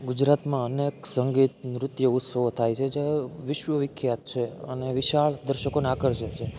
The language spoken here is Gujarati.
ગુજરાતમાં અનેક સંગીત નૃત્ય ઉત્સવો થાય છે જે વિશ્વ વિખ્યાત છે અને વિશાળ દર્શકોને આકર્ષે છે